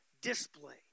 display